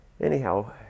Anyhow